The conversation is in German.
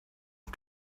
und